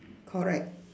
correct